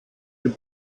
den